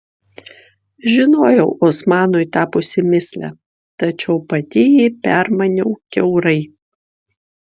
žinojau osmanui tapusi mįsle tačiau pati jį permaniau kiaurai